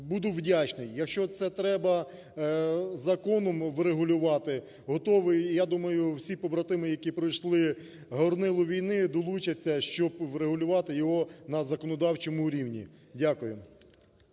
буду вдячний. Якщо це треба законом врегулювати, готовий, я думаю, всі побратими, які пройшли горнило війни, долучаться, щоб врегулювати його на законодавчому рівні. Дякую.